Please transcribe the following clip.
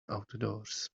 outdoors